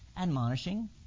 admonishing